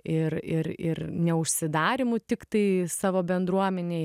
ir ir ir neužsidarymu tiktai savo bendruomenėj